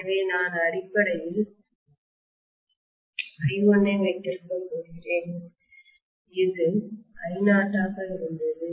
எனவே நான் அடிப்படையில் I1 ஐ வைத்திருக்கப் போகிறேன் முதலில் அது I0 ஆக இருந்தது